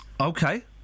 Okay